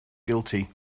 guilty